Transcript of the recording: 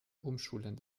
umschulen